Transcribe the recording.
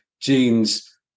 genes